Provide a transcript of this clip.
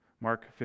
Mark